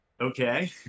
Okay